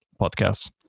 Podcasts